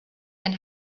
ein